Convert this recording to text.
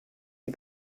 die